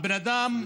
הבן אדם,